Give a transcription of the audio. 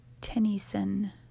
Tennyson